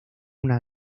una